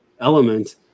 element